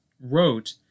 wrote